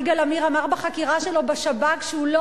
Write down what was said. יגאל עמיר אמר בחקירה שלו בשב"כ שהוא לא